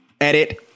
edit